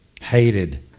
Hated